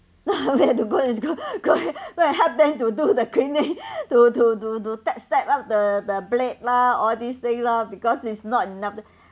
we have to go and go go and go and help them do the cleaning to to to to test that the the plate lah all these thing lah because is not enough